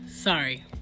Sorry